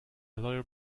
lawyer